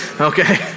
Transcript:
Okay